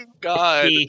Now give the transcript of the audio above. god